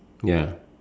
ya